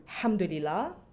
hamdulillah